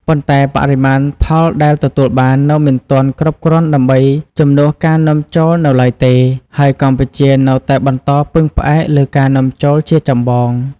ប៉ុន្តែបរិមាណផលដែលទទួលបាននៅមិនទាន់គ្រប់គ្រាន់ដើម្បីជំនួសការនាំចូលនៅឡើយទេ ហើយកម្ពុជានៅតែបន្តពឹងផ្អែកលើការនាំចូលជាចម្បង។